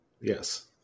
yes